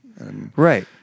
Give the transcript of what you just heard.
Right